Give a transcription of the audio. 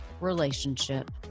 relationship